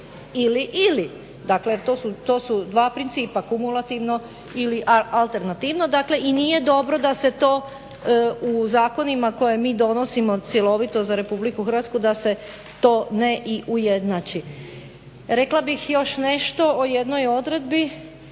ili-ili. Dakle, to su dva principa, kumulativno ili alternativno. I nije dobro da se to u zakonima koje mi donosimo cjelovito za RH da se to ne ujednači. Rekla bih još nešto o jednoj odredbi